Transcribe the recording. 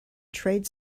trade